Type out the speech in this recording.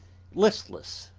listless,